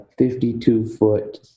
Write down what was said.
52-foot